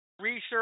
research